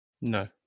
No